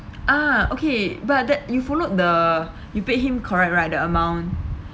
ah okay but that you followed the you pay him correct right the amount